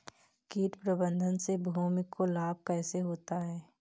कीट प्रबंधन से भूमि को लाभ कैसे होता है?